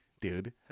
dude